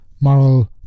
moral